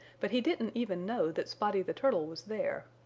but he didn't even know that spotty the turtle was there.